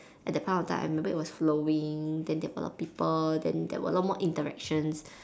at that point of time I remember it was flowing then a lot of people then there were a lot more interactions